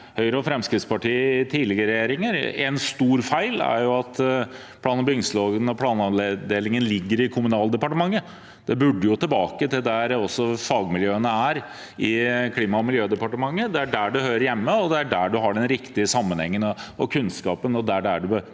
Høyre og Fremskrittspartiet i tidligere regjeringer. En stor feil er at plan- og bygningsloven og planavdelingen ligger til Kommunaldepartementet. Det bør tilbake til dit fagmiljøene er, til Klima- og miljødepartementet. Det er der det hører hjemme. Det er der man har den riktige sammenhengen og kunnskapen,